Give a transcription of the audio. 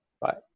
Bye